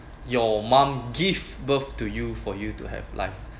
your mum give birth to you for you to have life